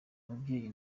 mubyeyi